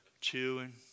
chewing